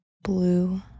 Blue